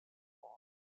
loud